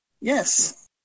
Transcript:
Yes